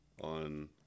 on